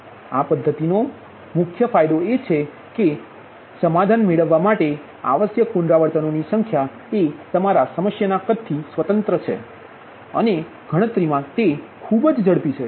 આ પદ્ધતિનો મુખ્ય ફાયદો એ છે કે સમાધાન મેળવવા માટે આવશ્યક પુનરાવર્તનોની સંખ્યા એ તમારા સમસ્યાના કદ થી સ્વતંત્ર છે અને ગણતરીમા તે ખૂબ જ ઝડપી છે